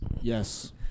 Yes